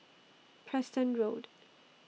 Preston Road